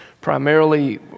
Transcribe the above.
primarily